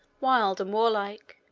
wild and warlike,